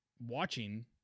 watching